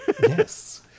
Yes